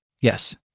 Yes